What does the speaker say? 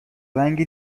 رنگ